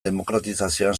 demokratizazioan